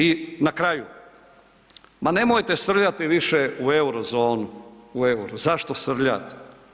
I na kraju, ma nemojte srljati više u euro zonu, u euro, zašto srljate?